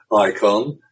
ICON